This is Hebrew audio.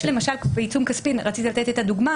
למשל בעיצום כספי רצית לתת את הדוגמה